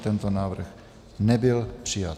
Tento návrh nebyl přijat.